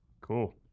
Cool